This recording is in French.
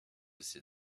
ces